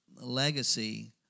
legacy